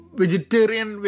vegetarian